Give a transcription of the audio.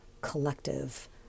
collective